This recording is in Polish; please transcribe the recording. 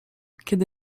kiedy